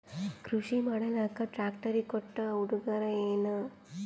ಕೃಷಿ ಮಾಡಲಾಕ ಟ್ರಾಕ್ಟರಿ ಕೊಟ್ಟ ಉಡುಗೊರೆಯೇನ?